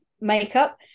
makeup